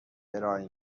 ارائه